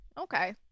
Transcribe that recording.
Okay